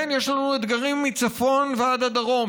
כן, יש לנו אתגרים מצפון ועד הדרום.